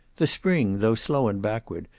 the spring, though slow and backward,